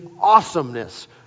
awesomeness